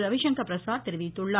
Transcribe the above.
ரவிசங்கர் பிரஸாத் தெரிவித்துள்ளார்